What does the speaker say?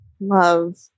love